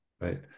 right